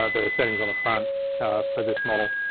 ah the settings on the front for this model.